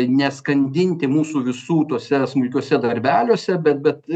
neskandinti mūsų visų tuose smulkiuose darbeliuose bet bet